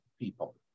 people